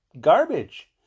garbage